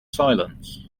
silence